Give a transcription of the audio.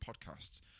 podcasts